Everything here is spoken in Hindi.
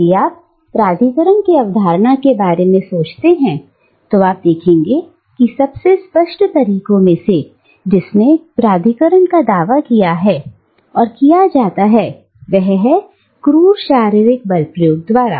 यदि आप प्राधिकरण की अवधारणा के बारे में सोचते हैं तो आप ध्यान देंगे कि सबसे स्पष्ट तरीकों में से जिसने प्राधिकरण का दावा किया जा सकता है और किया जाता है वह है क्रूर शारीरिक बल प्रयोग द्वारा